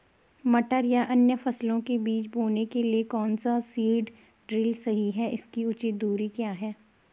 मटर या अन्य फसलों के बीज बोने के लिए कौन सा सीड ड्रील सही है इसकी उचित दूरी क्या है?